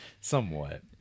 somewhat